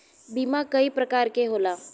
बीमा कई परकार के होला